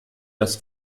das